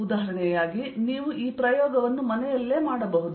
ಉದಾಹರಣೆಯಾಗಿ ನೀವು ಈ ಪ್ರಯೋಗವನ್ನು ಮನೆಯಲ್ಲಿಯೇ ಮಾಡಬಹುದು